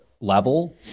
level